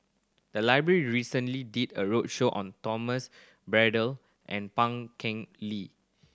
the library recently did a roadshow on Thomas Braddell and Pan Keng Li